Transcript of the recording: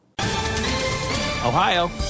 Ohio